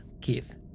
Keith